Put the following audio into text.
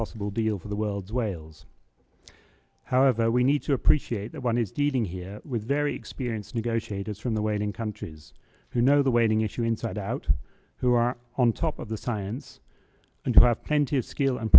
possible deal for the world wales however we need to appreciate that one is dealing here with very experienced negotiators from the waiting countries who know the waiting issue inside out who are on top of the science and who have plenty of skill and